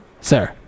Sir